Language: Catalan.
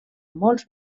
molts